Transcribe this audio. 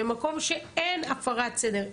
במקום שאין הפרת סדר,